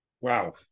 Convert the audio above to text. Wow